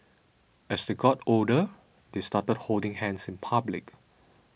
as they got older they started holding hands in public